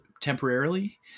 temporarily